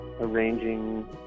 arranging